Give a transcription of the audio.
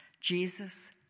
Jesus